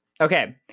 Okay